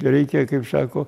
reikia kaip sako